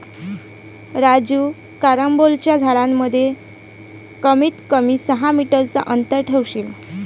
राजू कारंबोलाच्या झाडांमध्ये कमीत कमी सहा मीटर चा अंतर ठेवशील